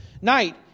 night